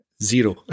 Zero